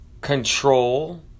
control